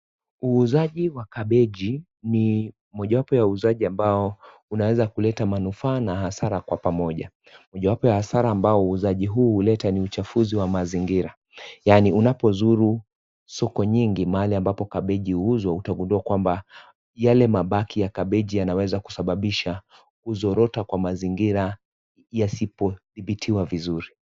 Uuzaji wa kabeji ni moja ya uuzaji ambao unaweza kuleta manufaa na hasara kwa pamoja. Mojawapo ya hasara ambayo uuzaji huu unaleta ni uchafuzi wa mazingira yaani unapozuru soko nyingi mahali ambapo kabeji huuzwa utagundua kwamba, yale mabaki ya kabeji yanaweza kusababisha kuzorota kwa mazingira yasipothibitiwa vizuri.